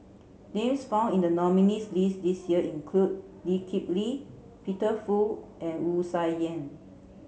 names found in the nominees' list this year include Lee Kip Lee Peter Fu and Wu Tsai Yen